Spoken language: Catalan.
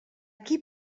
qui